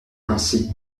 ainsi